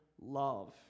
love